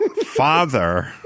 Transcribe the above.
Father